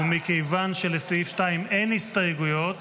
ומכיוון שלסעיף 2 אין הסתייגויות